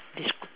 des~